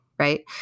Right